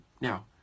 Now